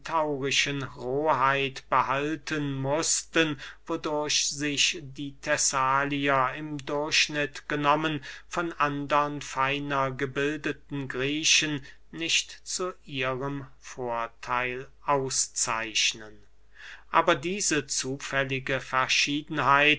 roheit behalten mußten wodurch sich die thessalier im durchschnitt genommen von andern feiner gebildeten griechen nicht zu ihrem vortheil auszeichnen aber diese zufällige verschiedenheit